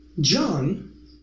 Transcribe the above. John